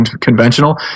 conventional